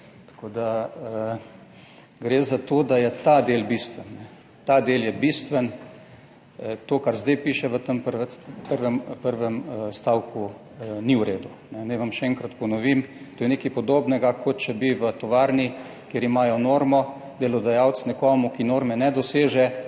Tako da, gre za to, da je ta del bistven. Ta del je bistven. To kar zdaj piše v tem prvem stavku, ni v redu. Naj vam še enkrat ponovim, to je nekaj podobnega, kot če bi v tovarni, kjer imajo normo, delodajalec nekomu, ki norme ne doseže,